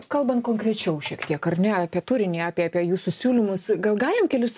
kalbant konkrečiau šiek tiek ar ne apie turinį apie apie jūsų siūlymus gal galim kelis